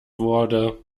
wurde